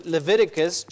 Leviticus